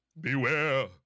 Beware